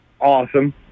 Awesome